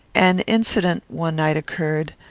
an incident one night occurred,